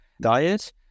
diet